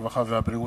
הרווחה והבריאות.